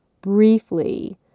Briefly